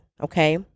okay